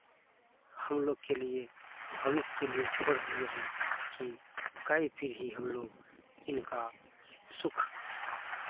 हम लोग के लिए भविष्य के लिए छोड़ दिए हैं कि कई पीढ़ी हम लोग इनका सुख